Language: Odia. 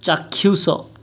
ଚାକ୍ଷୁଷ